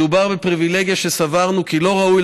מדובר בפריבילגיה שסברנו כי לא ראוי